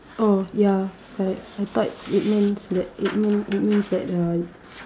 oh ya correct I thought it means that it mean it means that uh